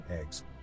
eggs